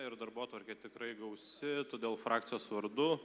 ir darbotvarkė tikrai gausi todėl frakcijos vardu